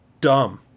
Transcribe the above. dumb